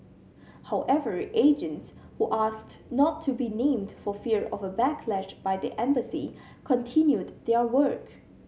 however agents who asked not to be named for fear of a backlash by the embassy continued their work